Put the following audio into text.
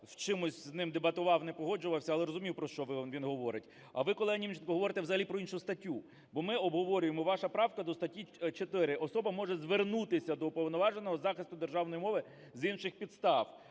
в чомусь з ним дебатував, не погоджувався, але розумів, про що він говорить. А ви, колега Німченко, говорите взагалі про іншу статтю, бо ми обговорюємо вашу правку до статті 4. Особа може звернутися до Уповноваженого із захисту державної мови з інших підстав.